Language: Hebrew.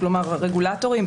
כלומר רגולטורים,